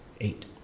Eight